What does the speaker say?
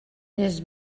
his